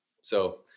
So-